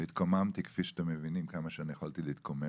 התקוממתי, כפי שאתם מבינים, כמה שיכולתי להתקומם.